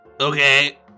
Okay